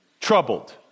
Troubled